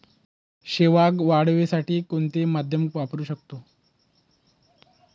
शेवगा वाढीसाठी कोणते माध्यम वापरु शकतो?